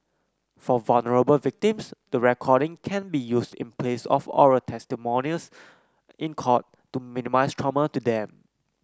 for vulnerable victims the recording can be used in place of oral testimonies in court to minimize trauma to them